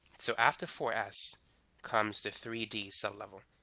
so after four s comes the three d sublevel.